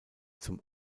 zum